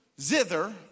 zither